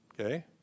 Okay